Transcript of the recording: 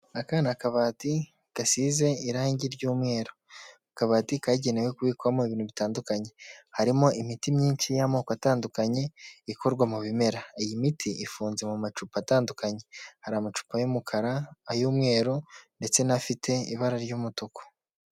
Aka ni akabati gasize irange ry'umweru. Akabati kagenewe kubikwamo ibintu bitandukanye harimo imiti myinshi y'amoko atandukanye ikorwa mu bimera, iyi miti ifunze mu macupa atandukanye: hari amacupa y'umukara, ay'umweru ndetse n'afite ibara ry'umutuku.